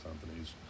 companies